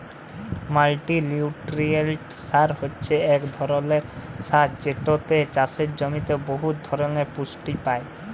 মাল্টিলিউটিরিয়েল্ট সার হছে ইক ধরলের সার যেটতে চাষের জমিতে বহুত ধরলের পুষ্টি পায়